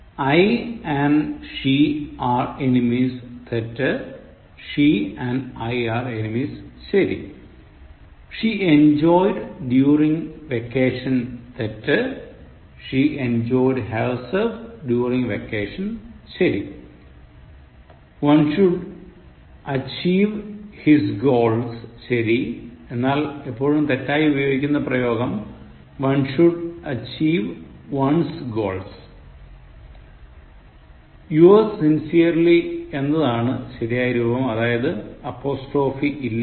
I and she are enemies തെറ്റ് She and I are enemies ശരി She enjoyed during vacation തെറ്റ് She enjoyed herself during vacation ശരി One should achieve his goals ശരി എന്നാൽ എപ്പോഴും തെറ്റായി ഉപയോഗിക്കുന്ന പ്രയോഗം One should achieve one's goals Your's sincerely എന്നതാണ് ശരിയായ് രൂപം അതായത് അപ്പോസ്ട്രോഫി ' ഇല്ലാതെ